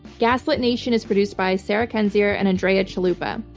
gaslit nation is produced by sarah kendzior and andrea chalupa.